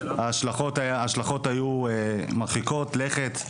ההשלכות היו מרחיקות לכת.